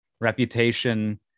reputation